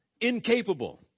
Incapable